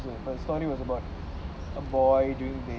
the story was about a boy during the